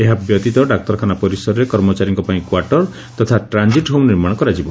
ଏହା ବ୍ୟତୀତ ଡାକ୍ତରଖାନା ପରିସରରେ କର୍ମଚାରୀଙ୍କ ପାଇଁ କ୍ୱାର୍ଟର ତଥା ଟ୍ରାନ୍ଜିଟ୍ ହୋମ ନିର୍ମାଣ କରାଯିବ